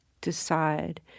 decide